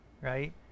right